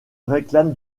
réclame